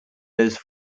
those